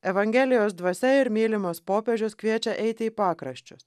evangelijos dvasia ir mylimas popiežius kviečia eiti į pakraščius